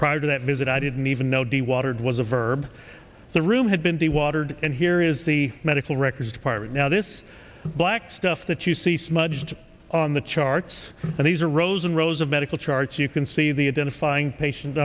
prior to that visit i didn't even know de watered was a verb the room had been the watered and here is the medical records department now this black stuff that you see smudged on the charts and these are rows and rows of medical charts you can see the identifying patients